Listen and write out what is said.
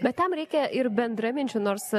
bet tam reikia ir bendraminčių nors